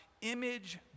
image